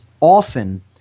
often